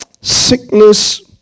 sickness